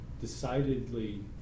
decidedly